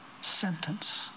sentence